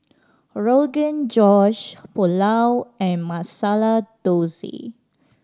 Rogan Josh Pulao and Masala Dosa